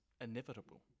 inevitable